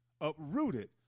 uprooted